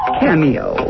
cameo